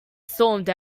stormed